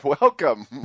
Welcome